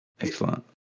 Excellent